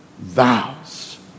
vows